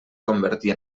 convertir